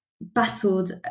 battled